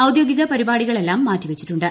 ഔദ്യോഗിക പരിപാടികളെല്ലാം മാറ്റിവച്ചിട്ടുണ്ട്